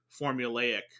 formulaic